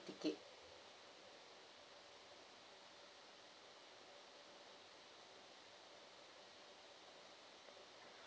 ticket